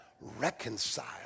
reconcile